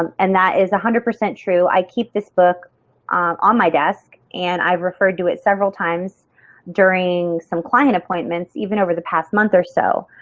um and that is one hundred percent true. i keep this book on my desk and i referred to it several times during some client appointments, even over the past month or so.